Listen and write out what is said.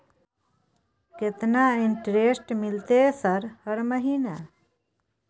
केतना इंटेरेस्ट मिलते सर हर महीना?